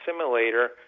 simulator